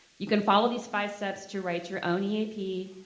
you can follow these five steps to write your own eap,